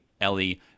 Ellie